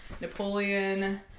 Napoleon